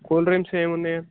cool drinks ఏమి ఉన్నాయి